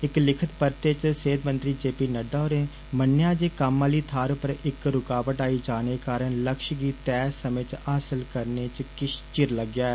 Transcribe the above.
इक लिखत परते च सैहत मंत्री जे पी नड्डा होरें मन्नेआ जे कम्म आहली थाहर उप्पर इक रुकावट आई जाने करी लक्ष्य गी तय समय च हासल करने च किष चिर लग्गोआ ऐ